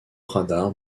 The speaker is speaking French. radar